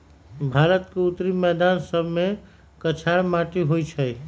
भारत के उत्तरी मैदान सभमें कछार माटि होइ छइ